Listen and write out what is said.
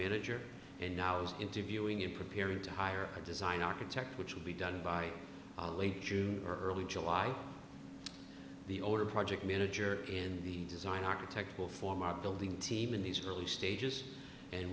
manager and now is interviewing and preparing to hire a design architect which will be done by late june early july the older project manager in the design architect will form our building team in these early stages and